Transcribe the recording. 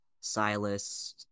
silas